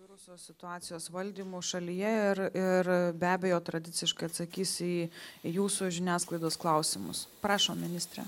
viruso situacijos valdymu šalyje ir ir be abejo tradiciškai atsakys į jūsų žiniasklaidos klausimus prašom ministre